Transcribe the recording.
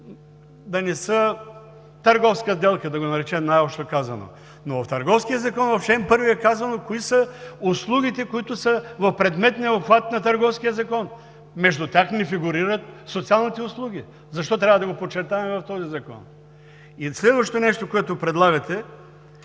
да не са търговска сделка, да го наречем, най-общо казано. Но в Търговския закон в чл. 1 е казано кои са услугите, които са в предметния обхват на Търговския закон. Между тях не фигурират социалните услуги. Защо трябва да го подчертаваме в този закон? И следващото нещо, което предлагате